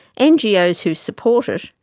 ngos who support it,